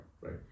Right